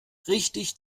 richtig